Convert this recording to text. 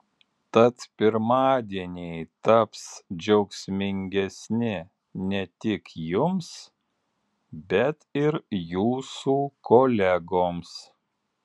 tad pirmadieniai taps džiaugsmingesni ne tik jums bet ir jūsų kolegoms